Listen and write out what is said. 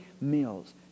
meals